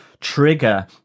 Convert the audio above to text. trigger